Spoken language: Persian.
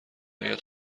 آید